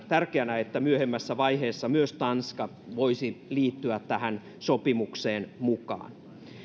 tärkeänä että myöhemmässä vaiheessa myös tanska voisi liittyä tähän sopimukseen mukaan